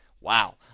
Wow